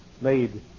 made